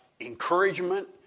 encouragement